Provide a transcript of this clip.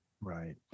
Right